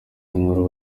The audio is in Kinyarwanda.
inkuru